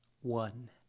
one